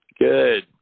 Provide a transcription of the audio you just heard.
Good